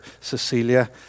Cecilia